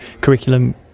curriculum